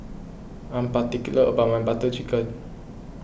I am particular about my Butter Chicken